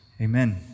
amen